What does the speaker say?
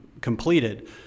completed